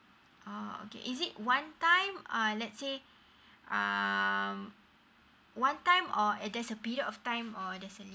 oh okay is it one time uh let's say um one time or there's a period of time or there's a